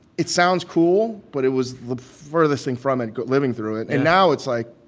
it sounds cool, but it was the furthest thing from it, living through it. and now it's, like,